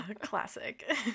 classic